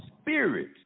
spirit